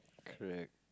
correct